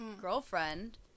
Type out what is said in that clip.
girlfriend